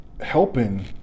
helping